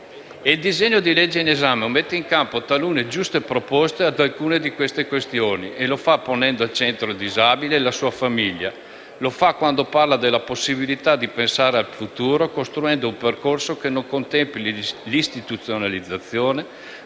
il disegno di legge in esame mette in campo talune giuste proposte ad alcune di dette questioni, e lo fa ponendo al centro il disabile e la sua famiglia; lo fa quando parla della possibilità di pensare al futuro costruendo un percorso che contempli non l'istituzionalizzazione,